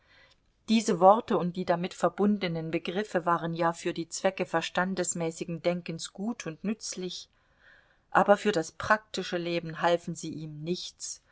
diese worte und die damit verbundenen begriffe waren ja für die zwecke verstandesmäßigen denkens gut und nützlich aber für das praktische leben halfen sie ihm nichts